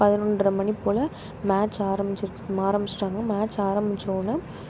பதினொன்றை மணி போல் மேட்ச் ஆரம்பித்திடுச்சு ஆரம்பித்திட்டாங்க மேட்ச் ஆரம்பிச்சவொன்னே